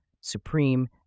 Supreme